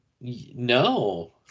no